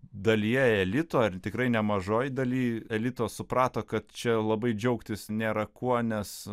dalyje elito ir tikrai nemažoj daly elito suprato kad čia labai džiaugtis nėra kuo nes